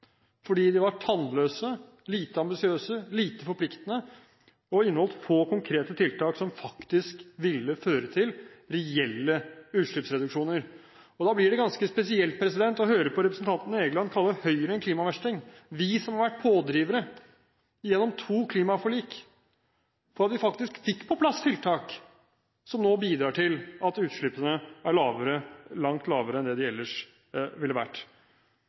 fordi de var tannløse, lite ambisiøse, lite forpliktende og inneholdt få konkrete tiltak som faktisk ville føre til reelle utslippsreduksjoner. Da blir det ganske spesielt å høre representanten Egeland kalle Høyre en klimaversting – vi som har vært pådrivere gjennom to klimaforlik, og vi fikk faktisk på plass tiltak som nå bidrar til at utslippene er langt lavere enn det de ellers ville vært.